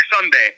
Sunday